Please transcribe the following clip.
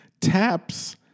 taps